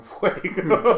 Fuego